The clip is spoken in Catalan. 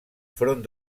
front